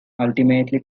ultimately